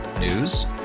News